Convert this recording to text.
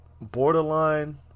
borderline